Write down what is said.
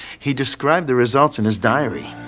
he described the results in his diary.